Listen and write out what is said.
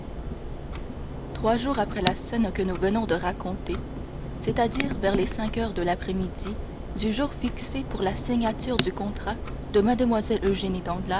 trois jours après la scène que nous venons de raconter c'est-à-dire vers les cinq heures de l'après-midi du jour fixé pour la signature du contrat de mlle